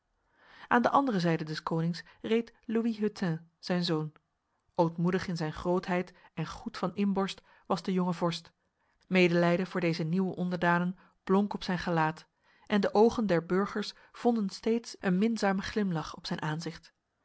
aan de andere zijde des konings reed louis hutin zijn zoon ootmoedig in zijn grootheid en goed van inborst was de jonge vorst medelijden voor deze nieuwe onderdanen blonk op zijn gelaat en de ogen der burgers vonden steeds een minzame glimlach op zijn aanzicht